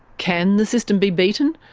can the system be beaten?